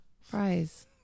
Fries